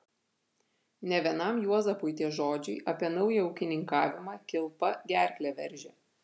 ne vienam juozapui tie žodžiai apie naują ūkininkavimą kilpa gerklę veržė